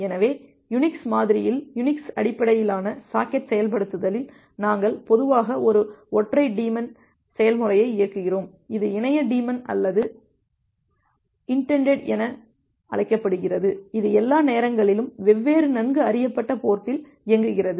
எனவே யுனிக்ஸ் மாதிரியில் யுனிக்ஸ் அடிப்படையிலான சாக்கெட் செயல்படுத்தலில் நாங்கள் பொதுவாக ஒரு ஒற்றை டீமான் செயல்முறையை இயக்குகிறோம் இது இணைய டீமான் அல்லது இன்டெட் என அழைக்கப்படுகிறது இது எல்லா நேரங்களிலும் வெவ்வேறு நன்கு அறியப்பட்ட போர்டில் இயங்குகிறது